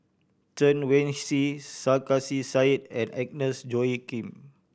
Chen Wen Hsi Sarkasi Said and Agnes Joaquim